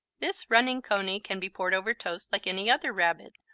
this running cony can be poured over toast like any other rabbit,